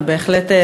אני בהחלט,